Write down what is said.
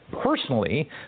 personally